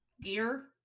Gear